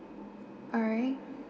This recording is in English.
alright